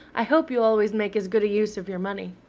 i hope you'll always make as good a use of your money.